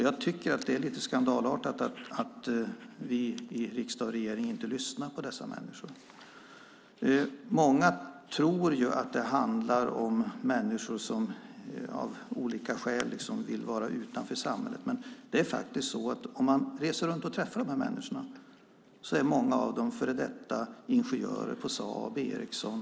Jag tycker att det är skandalartat att vi i riksdag och regering inte lyssnar på dessa människor. Många tror att det handlar om människor som av olika skäl vill vara utanför samhället. Men har man rest runt och träffat dem vet man att många av dem är före detta ingenjörer på Saab eller Ericsson.